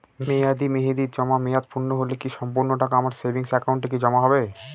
মেয়াদী মেহেদির জমা মেয়াদ পূর্ণ হলে কি সম্পূর্ণ টাকা আমার সেভিংস একাউন্টে কি জমা হবে?